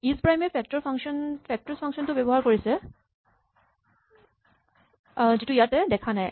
isPrime এ factors function টো ব্যৱহাৰ কৰিছে যিটো ইয়াত দেখা নাই